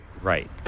Right